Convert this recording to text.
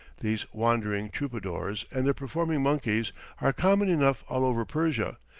these wandering troubadours and their performing monkeys are common enough all over persia,